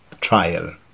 trial